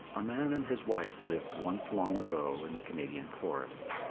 a man and his wife lived once long ago in the canadian forest.